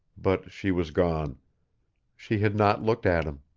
but she was gone she had not looked at him.